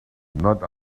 not